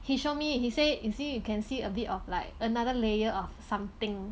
he show me he say you see you can see a bit of like another layer of something